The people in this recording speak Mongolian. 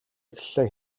эхэллээ